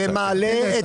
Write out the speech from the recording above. -- ומעלה את